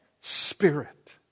Spirit